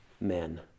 men